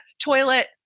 toilet